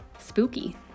Spooky